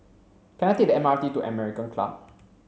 can I take the M R T to American Club